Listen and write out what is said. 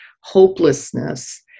hopelessness